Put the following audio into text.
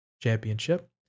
Championship